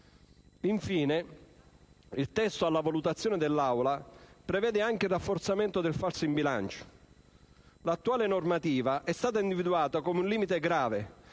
Infine, il testo alla valutazione dell'Assemblea prevede anche il rafforzamento del falso in bilancio. L'attuale normativa è stata individuata come un limite grave,